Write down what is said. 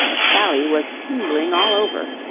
sally was tingling all over.